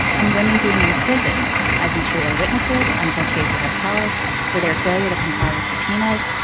and women being imprisoned as material witnesses until cases are held for their failure to comply with subpoenas,